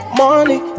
money